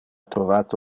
trovate